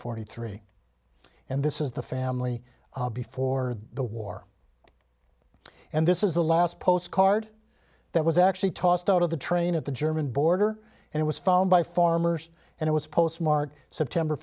hundred three and this is the family before the war and this is the last post card that was actually tossed out of the train at the german border and it was found by farmers and it was postmarked september